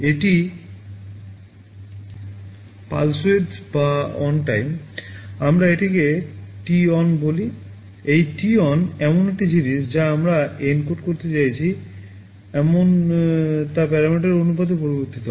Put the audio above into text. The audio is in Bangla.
এটি পালস উইধ করতে চাইছি এমনভাবে তা প্যারামিটারের অনুপাতে পরিবর্তিত হয়